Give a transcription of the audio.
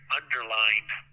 underlined